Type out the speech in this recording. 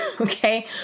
Okay